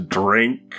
drink